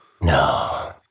No